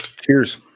Cheers